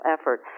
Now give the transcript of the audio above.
effort